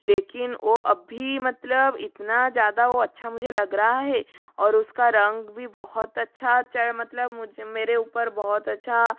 लेकिन वो अब भी मतलब इतना ज़्यादा वो अच्छा मुझे लग रहा है और उसका रंग भी बहुत अच्छा मतलब मुझ मेरे ऊपर बहुत अच्छा